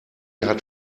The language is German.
hat